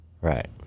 Right